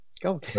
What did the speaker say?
go